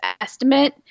estimate